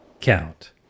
count